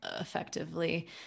effectively